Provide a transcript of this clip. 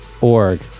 org